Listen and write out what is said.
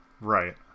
Right